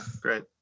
great